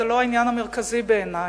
זה לא העניין המרכזי בעיני.